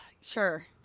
Sure